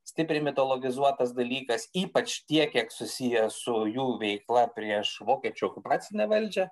stipriai mitologizuotas dalykas ypač tiek kiek susiję su jų veikla prieš vokiečių okupacinę valdžią